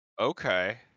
Okay